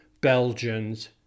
Belgians